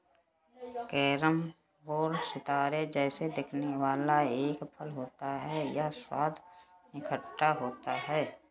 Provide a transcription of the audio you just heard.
carambola सितारे जैसा दिखने वाला एक फल होता है यह स्वाद में खट्टा होता है